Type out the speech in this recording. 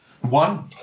One